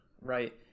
right